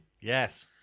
Yes